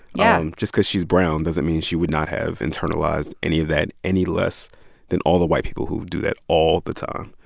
yeah just because she's brown doesn't mean she would not have internalized any of that any less than all the white people who do that all the time.